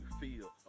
feel